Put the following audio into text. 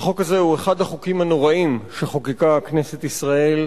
החוק הזה הוא אחד החוקים הנוראים שחוקקה כנסת ישראל,